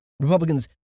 Republicans